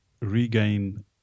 regain